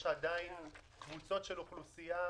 יש עדיין קבוצות של אוכלוסייה,